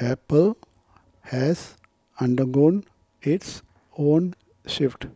apple has undergone its own shift